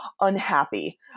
unhappy